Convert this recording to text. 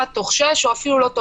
ברגע שיש לו חום ותסמינים,